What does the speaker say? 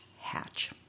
hatch